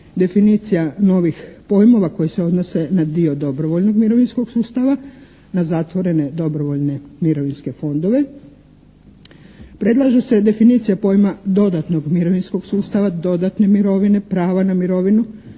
definicija novih pojmova koji se odnose na dio dobrovoljnog mirovinskog sustava, na zatvorene dobrovoljne mirovinske fondove. Predlaže se definicija pojma dodatnog mirovinskog sustava, dodatne mirovine, prava na mirovinu